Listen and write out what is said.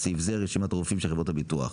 בסעיף זה רשימת הרופאים של חברות הביטוח.